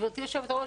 גברתי היושבת ראש,